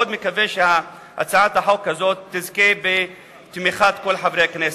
אני מאוד מקווה שהצעת החוק הזאת תזכה בתמיכת כל חברי הכנסת.